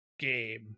game